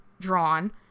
drawn